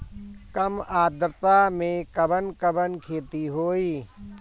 कम आद्रता में कवन कवन खेती होई?